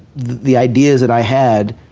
the ideas that i had